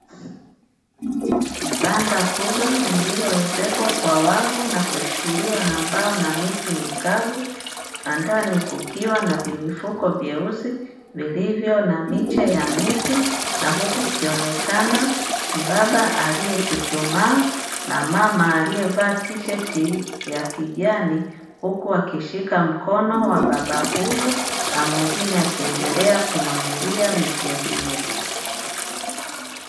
Banda kubwa lililoezekwa kwa wavu na kushikiliwa na mbao, na miti mikavu na ndani kukiwa na vimifuko vyeusi vilivyo na miche ya miti na huku akionekana mbaba aliyechuchumaa, na mama aliyevaa tisheti ya kijani, huku akishika mkono wa baba huyo na mwingine akiendelea kumwagilia miche hiyo.